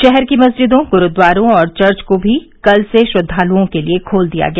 शहर के मस्जिदों गुरूद्वारों और चर्च को भी कल से श्रद्वालुओं के लिए खोल दिया गया